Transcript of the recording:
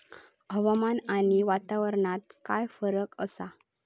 हवामान आणि वातावरणात काय फरक असा?